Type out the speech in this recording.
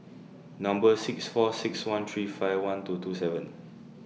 Number six four six one three five one two two seven